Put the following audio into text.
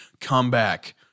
comeback